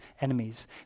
enemies